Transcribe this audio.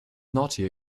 naughty